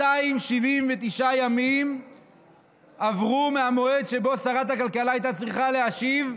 279 ימים עברו מהמועד שבו שרת הכלכלה הייתה צריכה להשיב,